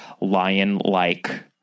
lion-like